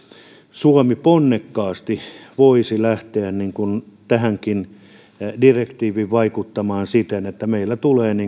suomi ponnekkaasti voisi lähteä tähänkin direktiiviin vaikuttamaan siten että meillä